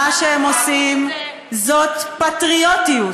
מה שהם עושים זה פטריוטיות,